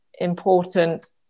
important